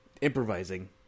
improvising